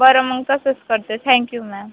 बरं मग तसंच करते थँक्यु मॅम